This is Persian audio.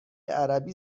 عربی